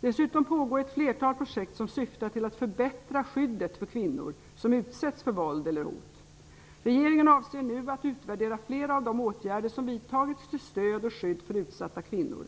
Dessutom pågår ett flertal projekt som syftar till att förbättra skyddet för kvinnor som utsätts för våld eller hot. Regeringen avser nu att utvärdera flera av de åtgärder som vidtagits till stöd och skydd för utsatta kvinnor.